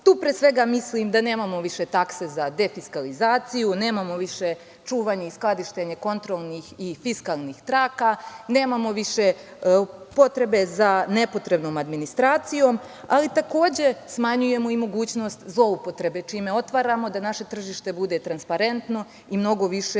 pre svega mislim da nemamo više takse za defiskalizaciju, nemamo više čuvanje i skladištenje kontrolnih i fiskalnih traka, nemamo više potrebe za nepotrebnom administracijom, ali takođe smanjujemo mogućnost zloupotrebe, čime otvaramo da naše tržište bude transparentno i mnogo više